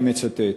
אני מצטט: